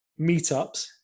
meetups